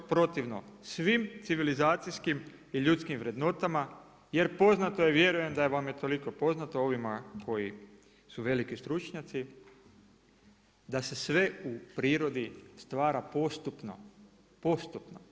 To je protivno svim civilizacijskim i ljudskim vrednotama, jer poznato je, vjerujem da vam je toliko poznato ovima koji su veliki stručnjaci da se sve u prirodi stvara postupno.